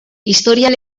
historian